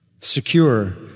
secure